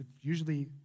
usually